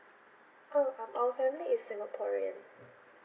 oh um our family is singaporean